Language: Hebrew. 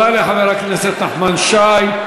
תודה לחבר הכנסת נחמן שי.